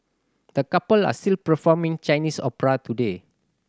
the couple are still performing Chinese opera today